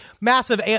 massive